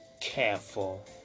careful